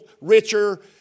richer